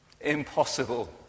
impossible